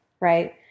Right